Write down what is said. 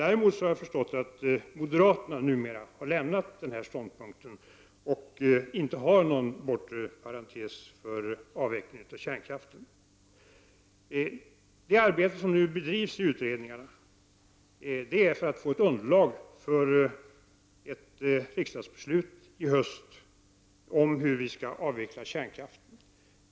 Jag har förstått att moderaterna däremot numera har lämnat den ståndpunkten och inte har någon bortre parantes när det gäller avvecklingen av kärnkraften. Det arbete som nu bedrivs i utredningarna görs för att få ett underlag för ett riksdagsbeslut i höst om hur vi skall avveckla kärnkraften.